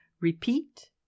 repeat